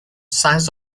signs